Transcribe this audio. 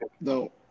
No